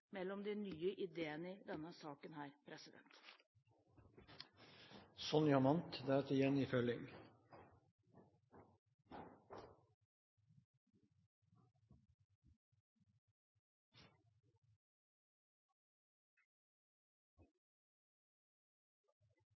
mellom de nye ideene i denne saken.